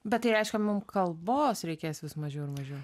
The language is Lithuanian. bet tai reiškia mums kalbos reikės vis mažiau ir mažiau